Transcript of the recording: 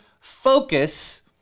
focus